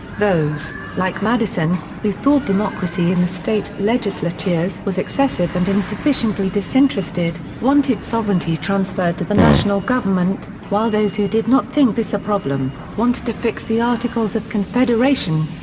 those, like madison, who thought democracy in the state legislatures was excessive and insufficiently disinterested, wanted sovereignty transferred to the national government, while those who did not think this a problem, wanted to fix the articles of confederation.